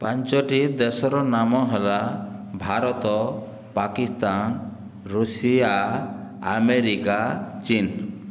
ପାଞ୍ଚଟି ଦେଶର ନାମ ହେଲା ଭାରତ ପାକିସ୍ତାନ ଋଷିଆ ଆମେରିକା ଚୀନ